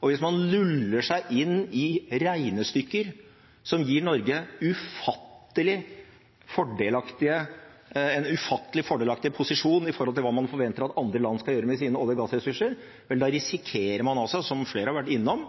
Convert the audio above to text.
og hvis man luller seg inn i regnestykker som gir Norge en ufattelig fordelaktig posisjon i forhold til hva man forventer at andre land skal gjøre med sine olje- og gassressurser, da risikerer man altså, som flere har vært innom,